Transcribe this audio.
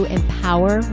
empower